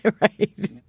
Right